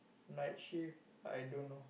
night shift I dunno